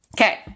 Okay